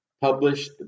published